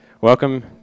welcome